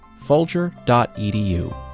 folger.edu